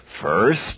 First